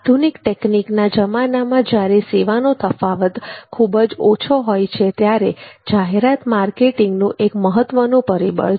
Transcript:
આધુનિક ટેકનીકના જમાનામાં જ્યારે સેવાનો તફાવત ખૂબ જ ઓછો હોય છે ત્યાંરે જાહેરાત માર્કેટિંગનું એક મહત્ત્વનું પરિબળ છે